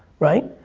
right?